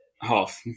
half